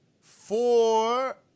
four